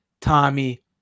Tommy